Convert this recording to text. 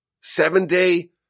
seven-day